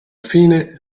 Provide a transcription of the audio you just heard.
fine